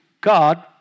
God